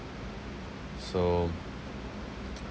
so